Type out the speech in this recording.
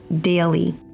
daily